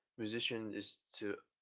musician is to,